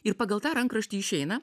ir pagal tą rankraštį išeina